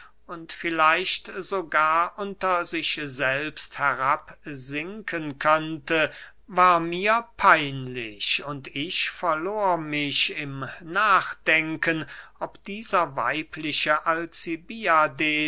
und vielleicht sogar unter sich selbst herab sinken könnte war mir peinlich und ich verlor mich im nachdenken ob dieser weibliche